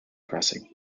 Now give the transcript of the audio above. crossing